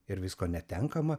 ir visko netenkama